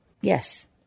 Yes